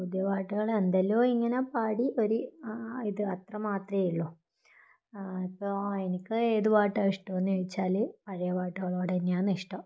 പുതിയ പാട്ടുകള് എന്തൊല്ലോ ഇങ്ങനെ പാടി ഒരു ആ ഇത് അത്ര മാത്രമെ ഉള്ളു ആ ഇപ്പോൾ എനിക്ക് ഏത് പാട്ടാണ് ഇഷ്ടമെന്ന് ചോദിച്ചാല് പഴയ പാട്ടുകളോട് തന്നെയാണ് ഇഷ്ടം